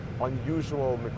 unusual